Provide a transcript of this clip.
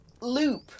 Loop